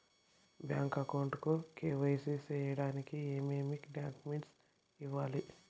Bank account కు KYC సేయడానికి ఏమేమి డాక్యుమెంట్ ఇవ్వాలి?